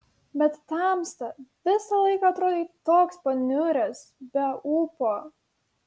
bet tamsta visą laiką atrodei toks paniuręs be ūpo